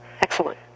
Excellent